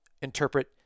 interpret